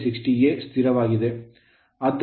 ಆದರೆ ZP 60A ಸ್ಥಿರವಾಗಿದೆ